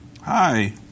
Hi